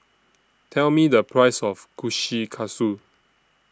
Tell Me The Price of Kushikatsu